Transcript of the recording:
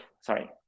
sorry